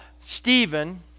Stephen